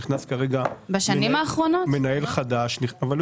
נכנס כרגע מנהל חדש --- בשנים האחרונות?